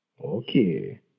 Okay